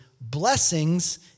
blessings